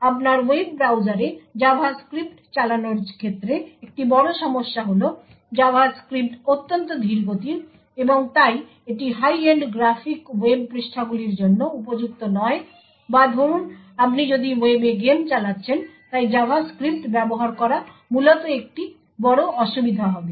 আপনার ওয়েব ব্রাউজারে জাভাস্ক্রিপ্ট চালানোর ক্ষেত্রে একটি বড় সমস্যা হল জাভাস্ক্রিপ্ট অত্যন্ত ধীরগতির এবং তাই এটি হাই এন্ড গ্রাফিক ওয়েব পৃষ্ঠাগুলির জন্য উপযুক্ত নয় বা ধরুন আপনি যদি ওয়েবে গেম চালাচ্ছেন তাই জাভাস্ক্রিপ্ট ব্যবহার করা মূলত একটি বড় অসুবিধা হবে